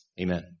Amen